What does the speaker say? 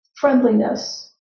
friendliness